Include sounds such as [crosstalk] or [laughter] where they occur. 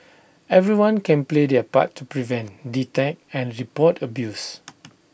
everyone can play their part to prevent detect and report abuse [noise]